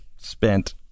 spent